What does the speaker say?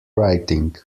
writing